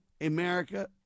America